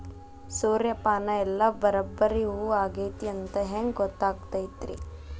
ಸೂರ್ಯಪಾನ ಎಲ್ಲ ಬರಬ್ಬರಿ ಹೂ ಆಗೈತಿ ಅಂತ ಹೆಂಗ್ ಗೊತ್ತಾಗತೈತ್ರಿ?